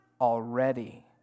already